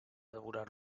devorar